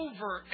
Over